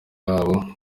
baho